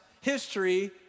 history